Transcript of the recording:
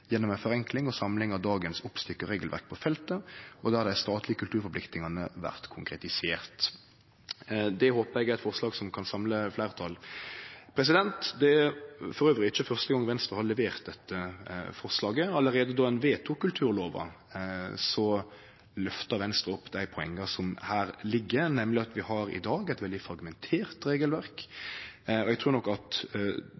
gjennom ei forenkling og samling av dagens oppstykka regelverk på feltet, og der dei statlege kulturforpliktingane vert konkretiserte.» Det håpar eg er eit forslag som kan samle fleirtal. Elles er det ikkje første gong Venstre har levert dette forslaget. Allereie då ein vedtok kulturlova, løfta Venstre opp dei poenga som her ligg, nemleg at vi i dag har eit veldig fragmentert regelverk.